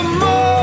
more